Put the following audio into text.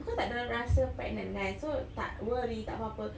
because tak ada rasa pregnant so tak worry tak apa-apa